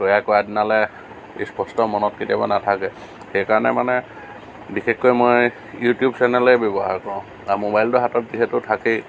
তৈয়াৰ কৰা দিনালৈ স্পষ্ট মনত কেতিয়াবা নাথাকে সেইকাৰণে মানে বিশেষকৈ মই ইউটিউব চেনেলেই ব্যৱহাৰ কৰোঁ আৰু ম'বাইলটো হাতত যিহেতু থাকেই